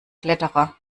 kletterer